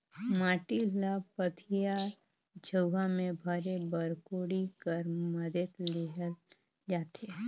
माटी ल पथिया, झउहा मे भरे बर कोड़ी कर मदेत लेहल जाथे